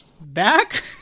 back